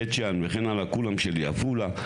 בית שאן, כולם שלי, עפולה,